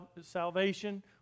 salvation